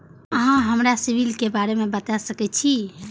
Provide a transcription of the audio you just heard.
अहाँ हमरा सिबिल के बारे में बता सके छी?